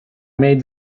made